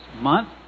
month